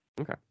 Okay